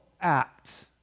act